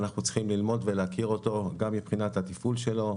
ואנחנו צריכים ללמוד ולהכיר אותו גם מבחינת התפעול שלו,